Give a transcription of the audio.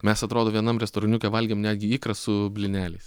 mes atrodo vienam restoraniuke valgėm netgi ikrą su blyneliais